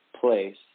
place